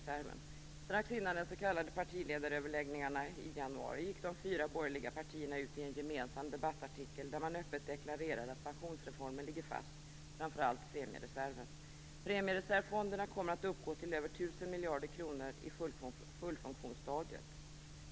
Strax före de s.k. partiledaröverläggningarna i januari gick de fyra borgerliga partierna ut i en gemensam debattartikel där man öppet deklarerade att pensionsreformen ligger fast - framför allt premiereserven. Premiereservfonderna kommer att uppgå till över 1 000 miljarder kronor i fullfunktionsstadiet.